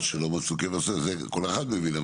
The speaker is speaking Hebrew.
או שהם לא מצאו קבר זה כל אחד מבין,